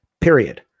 Period